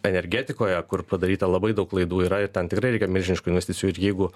energetikoje kur padaryta labai daug klaidų yra ir ten tikrai reikia milžiniškų investicijų ir jeigu